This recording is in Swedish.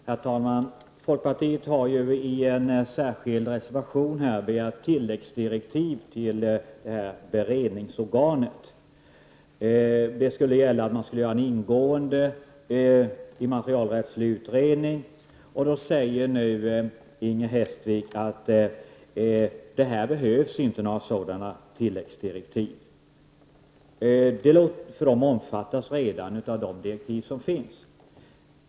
Herr talman! Folkpartiet har i en särskild reservation begärt tilläggsdirektiv till beredningsorganet. Vi föreslår att man skall göra en ingående immaterialrättslig utredning. Nu säger Inger Hestvik att det inte behövs några sådana tilläggsdirektiv, eftersom detta redan omfattas av de direktiv som finns.